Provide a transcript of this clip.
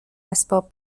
اسباب